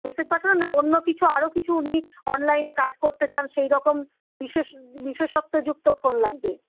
message পাঠানো না অন্য কিছু আরও কিছু উনি অনলাইনে কাজ করতে চান সেইরকম বিশেষ বিশেষত্বযুক্ত ফোন লাগবে